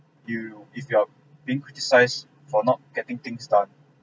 you if you are being criticised for not getting things done